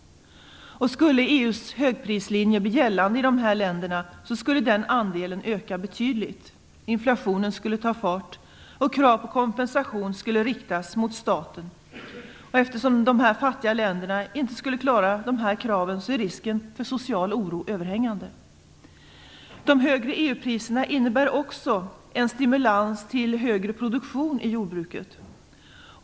Skulle EU:s högprislinje bli gällande i dessa länder så skulle den andelen öka betydligt. Inflationen skulle ta fart, och krav på kompensation skulle riktas mot staten. Eftersom dessa fattiga länder inte skulle klara av kraven är risken för social oro överhängande. De högre EU-priserna innebär också en stimulans till högre produktion i jordbruket.